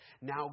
now